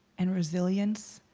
and resilience